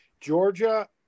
georgia